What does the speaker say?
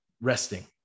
resting